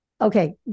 Okay